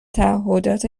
تعهدات